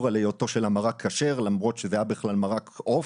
על היותו של המרק כשר למרות שזה היה בכלל מרק עוף.